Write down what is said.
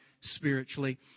spiritually